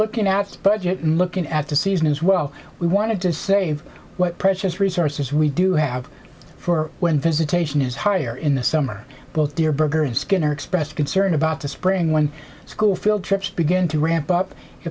looking after budget and looking at the season as well we wanted to save what precious resources we do have for when visitation is higher in the summer both deer burger and skinner expressed concern about the spring when school field trips begin to ramp